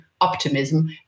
optimism